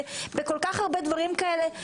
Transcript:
בכל כך הרבה דברים כאלה.